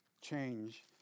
change